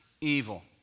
evil